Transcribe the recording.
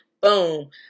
boom